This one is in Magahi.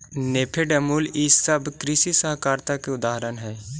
नेफेड, अमूल ई सब कृषि सहकारिता के उदाहरण हई